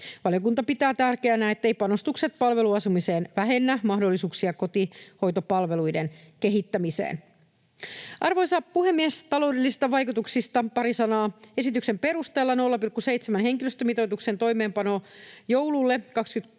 Valiokunta pitää tärkeänä, etteivät panostukset palveluasumiseen vähennä mahdollisuuksia kotihoitopalveluiden kehittämiseen. Arvoisa puhemies! Taloudellisista vaikutuksista pari sanaa. Esityksen perusteella 0,7-henkilöstömitoituksen toimeenpanoon joululle 23